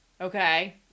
Okay